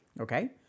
okay